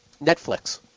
Netflix